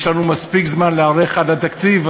יש לנו מספיק זמן להיערך עד התקציב,